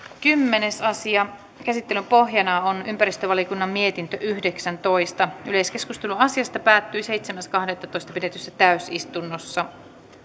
kymmenes asia käsittelyn pohjana on ympäristövaliokunnan mietintö yhdeksäntoista yleiskeskustelu asiasta päättyi seitsemäs kahdettatoista kaksituhattakuusitoista pidetyssä täysistunnossa